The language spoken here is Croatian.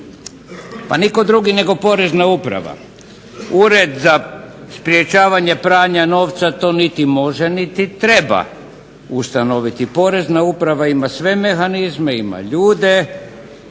Pa nitko drugi nego Porezna uprava. Ured za sprječavanje pranja novca to niti može niti treba ustanoviti. Porezna uprava ima sve mehanizme, ima ljude,